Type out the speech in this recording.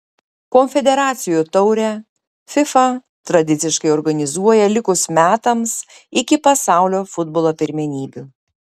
konfederacijų taurę fifa tradiciškai organizuoja likus metams iki pasaulio futbolo pirmenybių